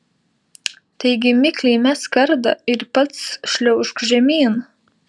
taigi mikliai mesk kardą ir pats šliaužk žemyn